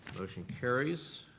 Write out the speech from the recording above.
motion carries.